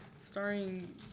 starring